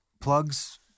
Plugs